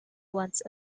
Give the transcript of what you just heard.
once